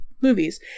movies